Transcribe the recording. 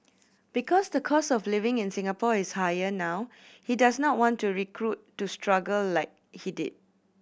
because the cost of living in Singapore is higher now he does not want to recruit to struggle like he did